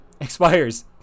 expires